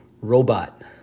robot